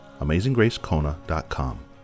amazinggracekona.com